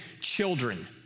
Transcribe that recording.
children